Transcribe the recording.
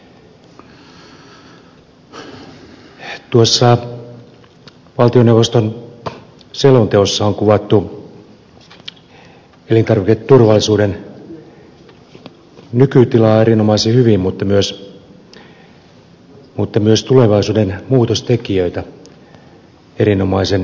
tuossa valtioneuvoston selonteossa on kuvattu elintarviketurvallisuuden nykytilaa erinomaisen hyvin mutta myös tulevaisuuden muutostekijöitä erinomaisen hyvin